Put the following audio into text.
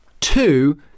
Two